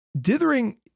dithering